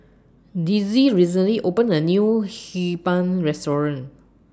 Dezzie recently opened A New Hee Pan Restaurant